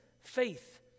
faith